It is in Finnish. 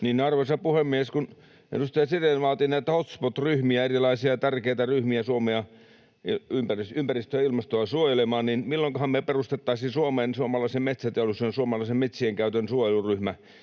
Arvoisa puhemies! Kun edustaja Sirén vaati näitä hotspot-ryhmiä, erilaisia tärkeitä ryhmiä, ympäristöä ja ilmastoa suojelemaan, niin milloinkahan me perustettaisiin Suomeen suomalaisen metsäteollisuuden ja suomalaisten metsien käytön suojeluryhmä?